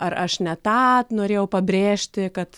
ar aš ne tą norėjau pabrėžti kad